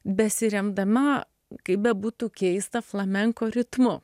besiremdama kaip bebūtų keista flamenko ritmu